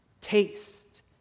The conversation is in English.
Taste